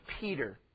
Peter